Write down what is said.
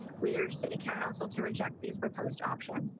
we are city council to reject these proposed option.